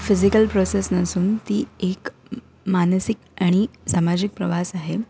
physical process नसून ती एक मानसिक आणि सामाजिक प्रवास आहे